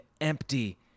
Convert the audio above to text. empty